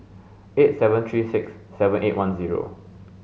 eight seven three six seven eight one zero